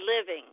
living